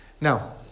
Now